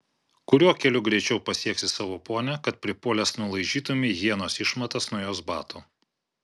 kuriuo keliu greičiau pasieksi savo ponią kad pripuolęs nulaižytumei hienos išmatas nuo jos batų